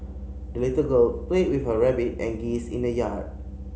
the little girl played with her rabbit and geese in the yard